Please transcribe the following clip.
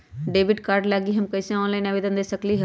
Debit card लागी हम कईसे ऑनलाइन आवेदन दे सकलि ह?